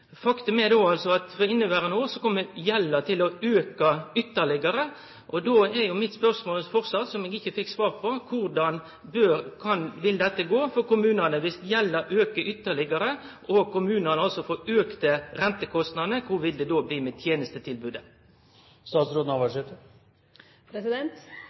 Faktum er då at for inneverande år kjem gjelda til å auke ytterlegare. Då er jo mitt spørsmål framleis – eg fekk ikkje svar på det: Korleis vil det gå for kommunane viss gjelda aukar ytterlegare og kommunane får auka rentekostnadene? Korleis vil det då bli med